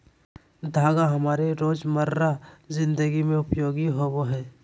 धागा हमारी रोजमर्रा जिंदगी में उपयोगी होबो हइ